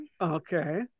Okay